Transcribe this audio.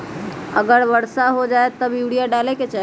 अगर वर्षा हो जाए तब यूरिया डाले के चाहि?